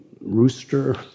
rooster